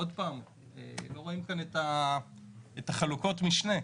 לא רואים כאן את חלוקות המשנה,